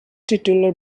titular